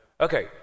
Okay